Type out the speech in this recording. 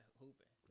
hooping